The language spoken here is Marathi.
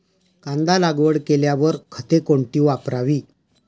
कांदा लागवड केल्यावर खते कोणती वापरावी?